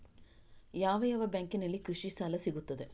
ಯಾವ ಯಾವ ಬ್ಯಾಂಕಿನಲ್ಲಿ ಕೃಷಿ ಸಾಲ ಸಿಗುತ್ತದೆ?